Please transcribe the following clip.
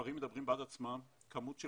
והמספרים מדברים בעד עצמם מספר של